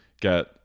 get